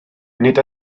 nid